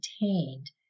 maintained